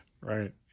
Right